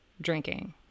drinking